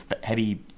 heavy